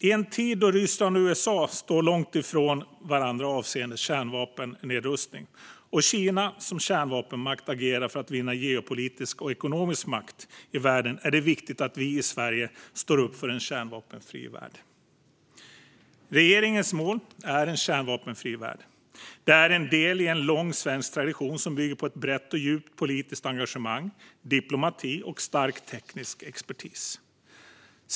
I en tid då Ryssland och USA står långt ifrån varandra avseende kärnvapennedrustning och Kina som kärnvapenmakt agerar för att vinna geopolitisk och ekonomisk makt i världen är det viktigt att vi i Sverige står upp för en kärnvapenfri värld. Regeringens mål är en kärnvapenfri värld. Detta är en del i en lång svensk tradition som bygger på ett brett och djupt politiskt engagemang, diplomati och stark teknisk expertis.